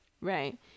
Right